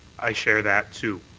i share that too.